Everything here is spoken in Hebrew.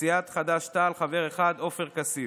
סיעת חד"ש-תע"ל, חבר אחד: עופר כסיף.